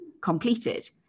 completed